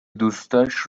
دوستاش